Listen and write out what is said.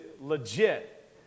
legit